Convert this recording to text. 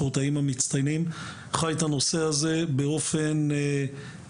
אני ממונה על הספורטאים וחי את הנושא הזה באופן יום-יומי.